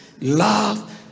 love